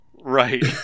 right